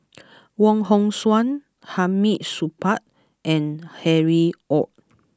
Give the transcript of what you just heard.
Wong Hong Suen Hamid Supaat and Harry Ord